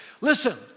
Listen